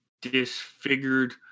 disfigured